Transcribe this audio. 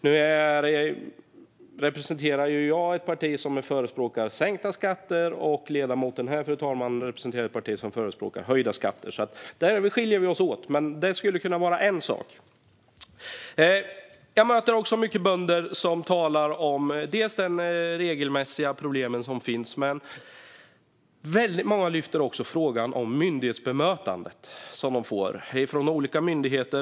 Nu representerar ju jag ett parti som förespråkar sänkta skatter, och ledamoten här, fru talman, representerar ett parti som förespråkar höjda skatter, så där skiljer vi oss åt. Men detta skulle kunna vara en sak. Jag möter många bönder som talar om problem med regler som finns, men väldigt många lyfter frågan om det bemötande som de får av olika myndigheter.